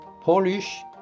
Polish